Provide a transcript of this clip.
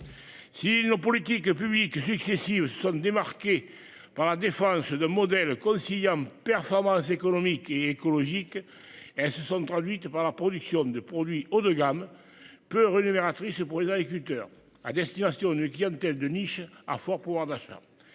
Si nos politiques publiques. Si sommes démarqué par la défense de modèle conciliant performance économique et écologique. Elles se sont traduites par la production de produits haut de gamme peu rémunératrice pour les agriculteurs à destination d'une clientèle de niche à fort pouvoir d'achat.